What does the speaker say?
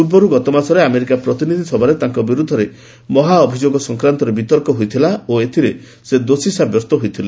ପୂର୍ବରୁ ଗତମାସରେ ଆମେରିକା ପ୍ରତିନିଧି ସଭାରେ ତାଙ୍କ ବିରୁଦ୍ଧରେ ମହାଭିଯୋଗ ସଂକ୍ରାନ୍ତରେ ବିତର୍କ ହୋଇଥିଲା ଓ ଏଥିରେ ସେ ଦୋଷୀ ସାବ୍ୟସ୍ତ ହୋଇଥିଲେ